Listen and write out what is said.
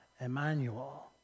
Emmanuel